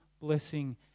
blessing